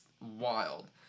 wild